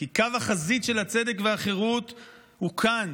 כי קו החזית של הצדק והחירות הוא כאן,